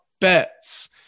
BETS